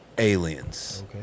aliens